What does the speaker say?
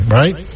right